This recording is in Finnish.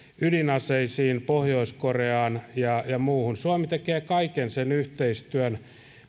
ydinaseisiin pohjois koreaan ja ja muuhun suomi tekee kaiken sen yhteistyön